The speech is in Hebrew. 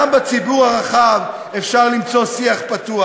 גם בציבור הרחב אפשר למצוא שיח פתוח.